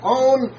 own